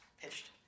Pitched